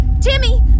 Timmy